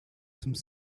some